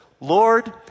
Lord